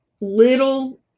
little